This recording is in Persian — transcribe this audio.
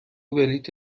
بلیط